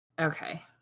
Okay